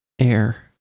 air